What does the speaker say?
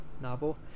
novel